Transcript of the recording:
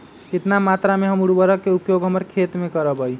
कितना मात्रा में हम उर्वरक के उपयोग हमर खेत में करबई?